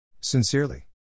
Sincerely